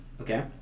okay